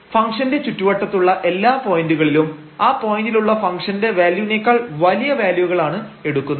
ഫംഗ്ഷന്റെ ചുറ്റുവട്ടത്തുള്ള എല്ലാ പോയന്റുകളിലും ആ പോയന്റിലുള്ള ഫംഗ്ഷന്റെ വാല്യൂനേക്കാൾ വലിയ വാല്യൂകളാണ് എടുക്കുന്നത്